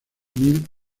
mil